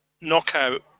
knockout